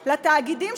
לתאגידים,